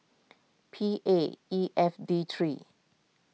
P A E F D three